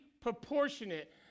proportionate